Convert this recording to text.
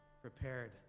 Prepared